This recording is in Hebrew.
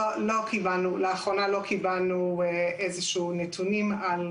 לאחרונה לא קיבלנו איזשהו נתונים על